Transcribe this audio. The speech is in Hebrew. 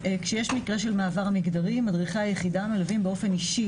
כשיש מקרה של מעבר מגדרי מדריכי היחידה מלווים באופן אישי